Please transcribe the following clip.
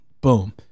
Boom